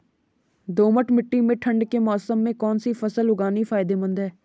दोमट्ट मिट्टी में ठंड के मौसम में कौन सी फसल उगानी फायदेमंद है?